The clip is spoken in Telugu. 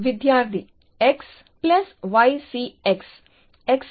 విద్యార్థి x y c x